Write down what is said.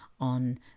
on